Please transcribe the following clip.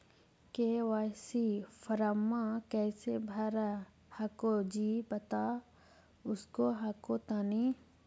KYC फॉर्मा कैसे भरा हको जी बता उसको हको तानी?